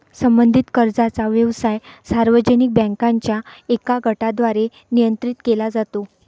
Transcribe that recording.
संबंधित कर्जाचा व्यवसाय सार्वजनिक बँकांच्या एका गटाद्वारे नियंत्रित केला जातो